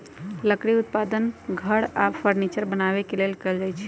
लकड़ी उत्पादन घर आऽ फर्नीचर बनाबे के लेल कएल जाइ छइ